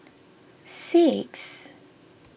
six